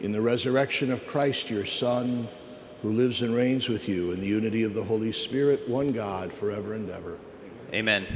in the resurrection of christ your son who lives and reigns with you in the unity of the holy spirit one god forever and ever amen